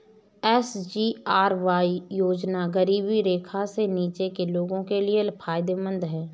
SGRY योजना गरीबी रेखा से नीचे के लोगों के लिए फायदेमंद है